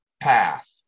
path